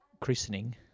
christening